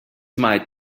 might